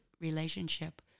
relationship